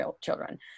children